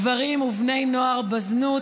גברים ובני נוער בזנות.